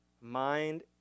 mind